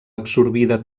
absorbida